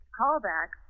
callback